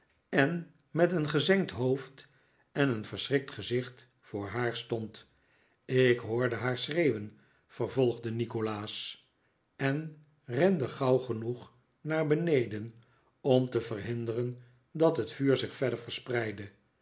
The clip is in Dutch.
en met een gezengd hoofd en een verschrikt gezicht voor haar stond ik hoorde haar schreeuwen vervolgde nikolaas en rende gauw genoeg naar beneden om te verhinderen dat het vuur zich verder verspreidde